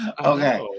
Okay